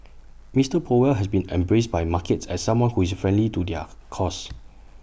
Mister powell has been embraced by markets as someone who is friendly to their cause